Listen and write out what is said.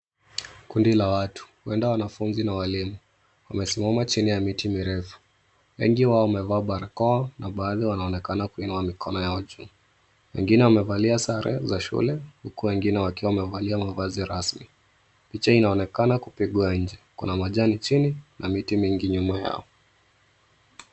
Kundi la watu huenda wanafunzi na walimu wamesimama chini ya miti mirefu. Wengi wao wamevaa barakoa na baadhi wanaonekana kuinua mikono yao juu. Wengine wamevalia sare za shule, huku wengine wakiwa wamevalia mavazi rasmi. Picha inaonekana kupigwa nje, kuna majani chini na miti mingi nyuma yao.